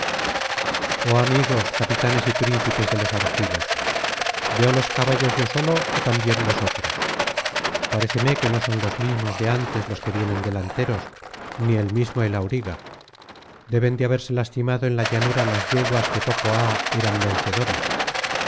oh amigos capitanes y príncipes de los argivos veo los caballos yo solo ó también vosotros paréceme que no son los mismos de antes los que vienen delanteros ni el mismo el auriga deben de haberse lastimado en la llanura las yeguas que poco ha eran vencedoras